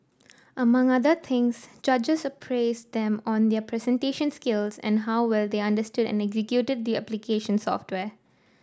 among other things judges appraised them on their presentation skills and how well they understood and executed the application software